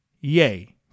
Yay